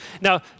Now